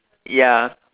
ya